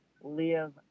live